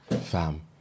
Fam